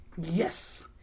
yes